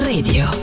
Radio